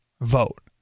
Vote